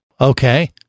Okay